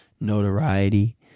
notoriety